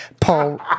Paul